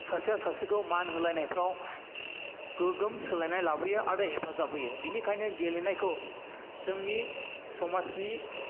सासेया सासेखौ मान होलायनायफोराव गोगोम सोलायनाय लाबोयो आरो हेफाजाब होयो बेनिखायनो गेलेनायखौ जोंनि समाजनि